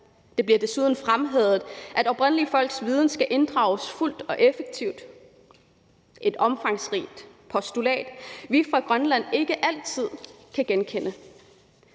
Det bliver desuden fremhævet, at oprindelige folks viden skal inddrages fuldt og effektivt – et omfangsrigt postulat, vi fra Grønland ikke altid kan genkende.